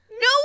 No